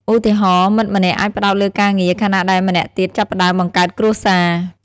ឧទាហរណ៍ មិត្តម្នាក់អាចផ្ដោតលើការងារ ខណៈដែលម្នាក់ទៀតចាប់ផ្ដើមបង្កើតគ្រួសារ។